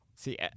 See